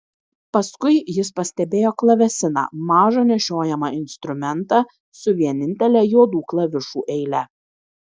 paskui jis pastebėjo klavesiną mažą nešiojamą instrumentą su vienintele juodų klavišų eile